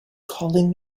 calling